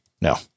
no